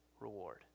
reward